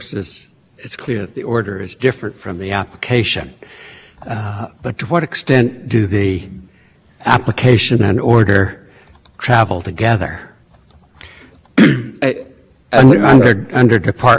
authorization memo the proposed order and then the order to the telecommunications company that's going to assist with the intercept these are all together before they just record at the same time the district court signs the order which says it has